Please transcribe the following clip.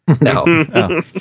No